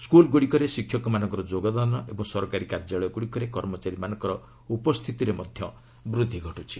ସ୍କୁଲଗୁଡ଼ିକରେ ଶିକ୍ଷକମାନଙ୍କର ଯୋଗଦାନ ଏବଂ ସରକାରୀ କାର୍ଯ୍ୟାଳୟଗୁଡ଼ିକରେ କର୍ମଚାରୀମାନଙ୍କର ଉପସ୍ଥିତିରେ ବୃଦ୍ଧି ଘଟିଛି